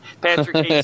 Patrick